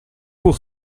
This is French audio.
pour